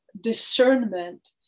discernment